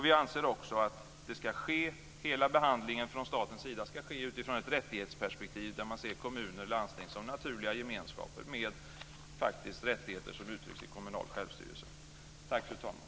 Vi anser också att hela behandlingen från statens sida ska ske utifrån ett rättighetsperspektiv, där man ser kommuner och landsting som naturliga gemenskaper med rättigheter som uttrycks i kommunal självstyrelse. Tack, fru talman!